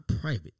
private